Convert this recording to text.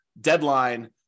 deadline